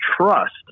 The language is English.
trust